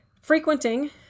frequenting